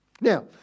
Now